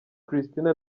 kristina